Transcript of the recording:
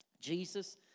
Jesus